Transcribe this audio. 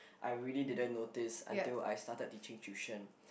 I really didn't notice until I started teaching tuition